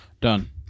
Done